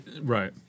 right